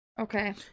Okay